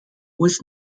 was